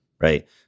right